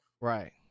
Right